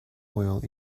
whale